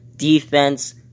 defense